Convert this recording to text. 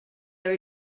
are